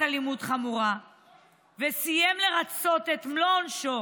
אלימות חמורה וסיים לרצות את מלוא עונשו.